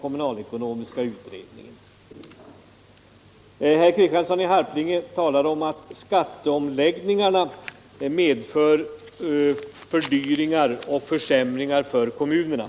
Herr Kristiansson talade om att skatteomläggningarna medför fördyringar och försämringar för kommunerna.